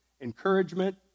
encouragement